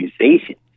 accusations